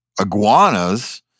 iguanas